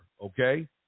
Okay